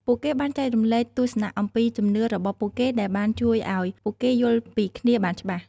ពួកគេបានចែករំលែកទស្សនៈអំពីជំនឿរបស់ពួកគេដែលបានជួយឲ្យពួកគេយល់ពីគ្នាបានច្បាស់។